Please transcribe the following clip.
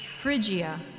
Phrygia